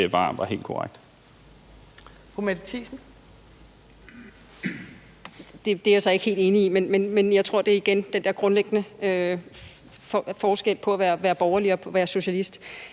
Mette Thiesen (NB): Det er jeg så ikke helt enig i, men jeg tror igen, at det er den helt grundlæggende forskel på at være borgerlig og være socialist.